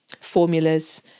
formulas